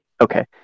okay